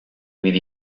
with